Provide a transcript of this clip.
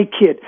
kid